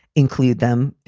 include them,